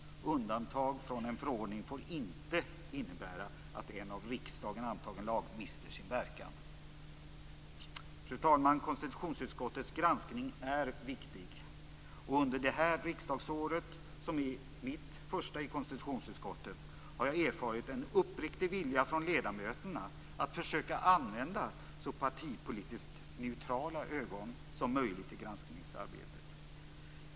Undantag från en förordning får inte innebära att en av riksdagen antagen lag mister sin verkan. Fru talman! Konstitutionsutskottets granskning är viktig. Under det här riksdagsåret, som är mitt första år i konstitutionsutskottet, har jag erfarit en uppriktig vilja från ledamöterna att försöka använda så partipolitiskt neutrala ögon som möjligt i granskningsarbetet.